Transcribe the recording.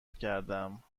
کردهام